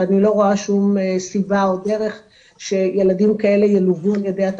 ואני לא רואה שום סיבה או דרך שילדים כאלו ילוו ע"י .........